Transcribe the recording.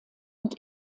und